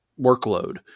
workload